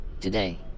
today